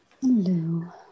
Hello